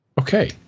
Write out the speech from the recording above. Okay